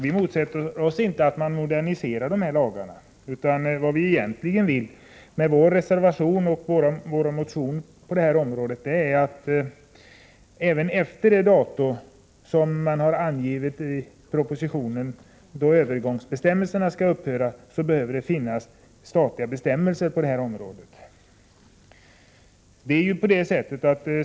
Vi motsätter oss inte en modernisering av dessa lagar, utan vad vi egentligen vill med vår motion och vår reservation är att framhålla att starka skäl talar för att det behöver finnas statliga bestämmelser på detta område även efter det datum som i propositionen angivits som den dag då övergångsbestämmelserna skall upphöra.